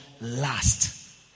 Last